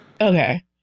Okay